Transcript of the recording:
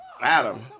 Adam